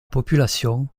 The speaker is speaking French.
population